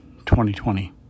2020